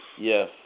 Yes